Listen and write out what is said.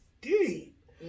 deep